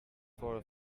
for